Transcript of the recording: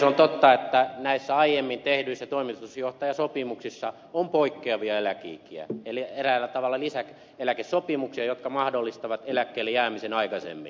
on totta että näissä aiemmin tehdyissä toimitusjohtajasopimuksissa on poikkeavia eläkeikiä eräällä tavalla lisäeläkesopimuksia jotka mahdollistavat eläkkeelle jäämisen aikaisemmin